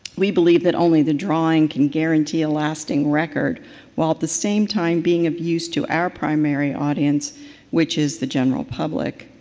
we believe that only the drawings can guarantee lasting record while at the same time being of use to the primary audience which is the general public.